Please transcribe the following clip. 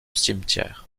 cimetière